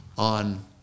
On